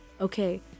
Okay